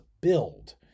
build